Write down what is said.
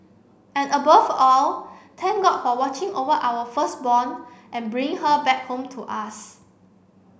and above all thank god for watching over our firstborn and bring her back home to us